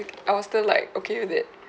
I was still like okay with it